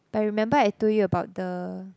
but remember I told you about the